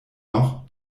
noch